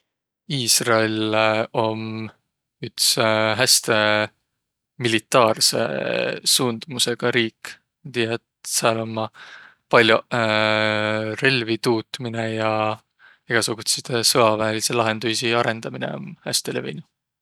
Iisrael om üts häste militaarsõ suundumusõga riik. Nii et sääl ommaq pall'oq relvi tuuminõ ja egäsugutsidõ sõaväeliidsi lahenduisi arõndaminõ om häste levinüq.